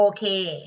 Okay